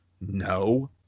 No